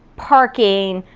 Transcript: parking,